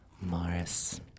Morris